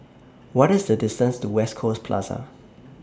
What IS The distance to West Coast Plaza